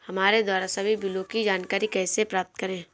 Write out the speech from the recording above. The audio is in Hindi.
हमारे द्वारा सभी बिलों की जानकारी कैसे प्राप्त करें?